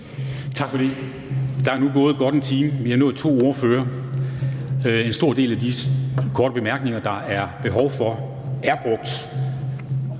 Tak for det. Der er nu gået godt en time. Vi har nået to ordførere. En stor del af de korte bemærkninger, der er behov for, er brugt.